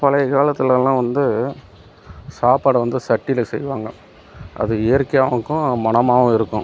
பழைய காலத்துலலாம் வந்து சாப்பாடு வந்து சட்டியில செய்வாங்க அது இயற்கையாகவும் இருக்கும் மனமாகவும் இருக்கும்